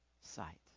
sight